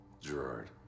Gerard